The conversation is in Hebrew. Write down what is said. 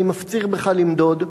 ואני מפציר בך למדוד: